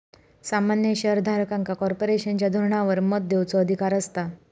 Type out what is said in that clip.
सामान्य शेयर धारकांका कॉर्पोरेशनच्या धोरणांवर मत देवचो अधिकार असता